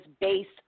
based